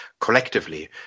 collectively